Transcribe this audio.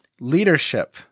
Leadership